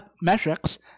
Metrics